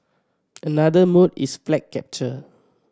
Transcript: another mode is flag capture